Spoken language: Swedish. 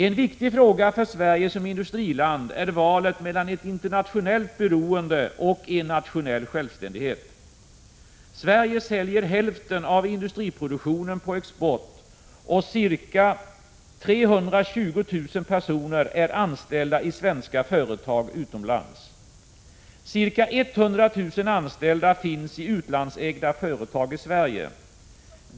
En viktig fråga för Sverige som industriland är valet mellan ett internationellt beroende och en nationell självständighet. Sverige säljer hälften av industriproduktionen på export, och ca 320 000 personer är anställda-i svenska företag utomlands. Ungefär 100 000 anställda finns i utlandsägda företag i Sverige.